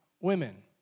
women